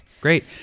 Great